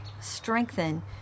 strengthen